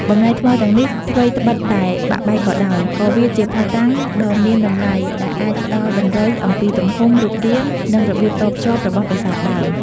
បំណែកថ្មទាំងនេះ ថ្វីត្បិតតែបាក់បែកក៏ដោយ ក៏វាជាភស្តុតាងដ៏មានតម្លៃដែលអាចផ្តល់តម្រុយអំពីទំហំ រូបរាង និងរបៀបតភ្ជាប់របស់ប្រាសាទដើម។